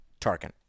Tarkin